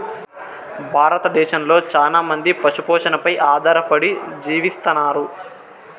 భారతదేశంలో చానా మంది పశు పోషణపై ఆధారపడి జీవిస్తన్నారు